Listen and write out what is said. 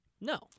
No